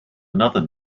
another